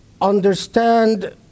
understand